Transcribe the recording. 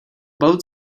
boat